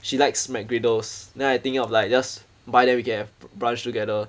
she likes mac griddles then I thinking of like just buy then we can have brunch together